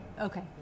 okay